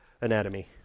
anatomy